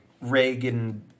Reagan